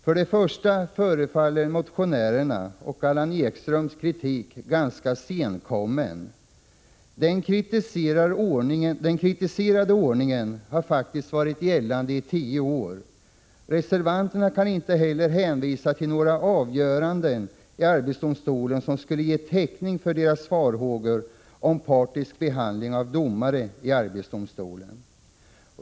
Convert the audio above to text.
För det första förefaller motionärernas och Allan Ekströms kritik ganska senkommen. Den kritiserade ordningen har faktiskt varit gällande i tio år. Reservanterna kan inte heller hänvisa till några avgöranden i arbetsdomstolen som skulle ge täckning för deras farhågor om partisk behandling av domare i arbetsdomstolen.